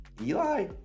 eli